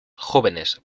jóvenes